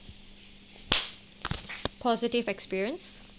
positive experience